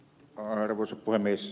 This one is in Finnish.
arvoisa puhemies